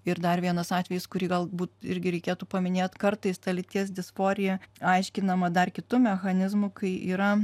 ir dar vienas atvejis kurį galbūt irgi reikėtų paminėt kartais ta lyties disforija aiškinama dar kitu mechanizmu kai yra